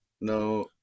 No